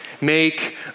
Make